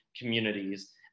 communities